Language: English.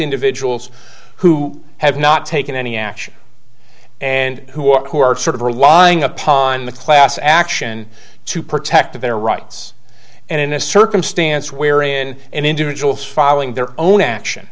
individuals who have not taken any action and who are who are sort of relying upon the class action to protect their rights and in a circumstance where in an individual's following their own action